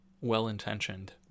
well-intentioned